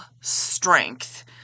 strength